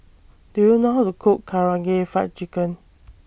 Do YOU know How to Cook Karaage Fried Chicken